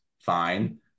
fine